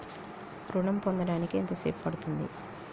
ఋణం పొందడానికి ఎంత సేపు పడ్తుంది?